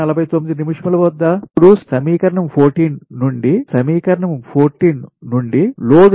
333 ఇప్పుడు సమీకరణం 14 నుండి సమీకరణం 14 నుండి లోడ్ డైవర్సిటీ LD